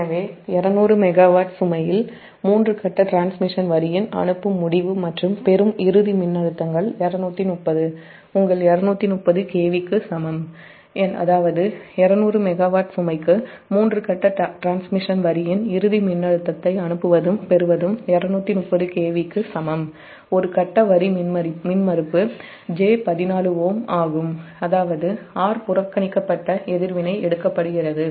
எனவே 200 MW சுமையில் மூன்று கட்ட டிரான்ஸ்மிஷன் வரியின் அனுப்பும் மற்றும் பெறும் முடிவு இறுதி மின்னழுத்தங்கள் 230 KVக்கு சமம் அதாவது 200 MW சுமைக்கு 3 கட்ட டிரான்ஸ்மிஷன் வரியின் இறுதி மின்னழுத்தத்தை அனுப்புவதும் பெறுவதும் 230 KVக்கு சமம் ஒரு கட்ட வரி மின்மறுப்பு j14Ω ஆகும் அதாவது 'r' புறக்கணிக்கப்பட்ட எதிர்வினை எடுக்கப்படுகிறது